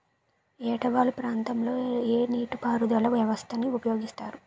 ఏట వాలు ప్రాంతం లొ ఏ నీటిపారుదల వ్యవస్థ ని ఉపయోగిస్తారు?